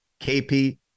KP